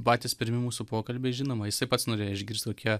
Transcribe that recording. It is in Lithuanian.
patys pirmi mūsų pokalbiai žinoma jisai pats norėjo išgirst kokie